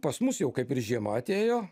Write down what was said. pas mus jau kaip ir žiema atėjo